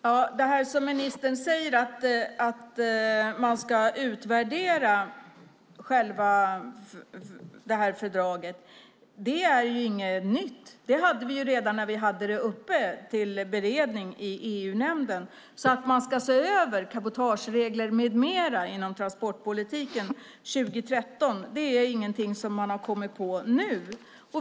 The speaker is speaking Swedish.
Fru talman! Det ministern säger om att man ska utvärdera fördraget är inget nytt. Det hade vi redan när vi hade det uppe till beredning i EU-nämnden. Att man ska se över cabotageregler med mera inom transportpolitiken 2013 är alltså inget man har kommit på nu.